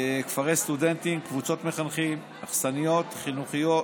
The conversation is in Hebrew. כפרי סטודנטים, קבוצות מחנכים, אכסניות חינוכיות